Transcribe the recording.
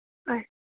اَ